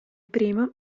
primo